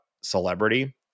celebrity